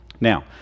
Now